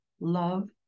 love